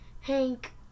Hank